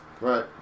Right